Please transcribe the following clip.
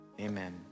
amen